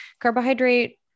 carbohydrate